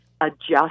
adjust